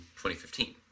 2015